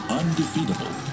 undefeatable